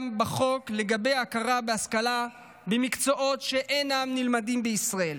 בחוק לגבי הכרה בהשכלה במקצועות שאינם נלמדים בישראל.